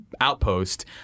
outpost